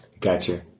Gotcha